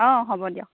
অঁ হ'ব দিয়ক